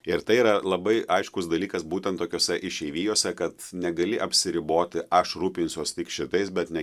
ir tai yra labai aiškus dalykas būtent tokiose išeivijose kad negali apsiriboti aš rūpinsiuos tik šitais bet ne